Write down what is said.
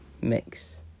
mix